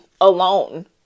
alone